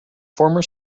former